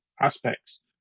aspects